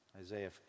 Isaiah